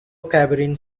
caribbean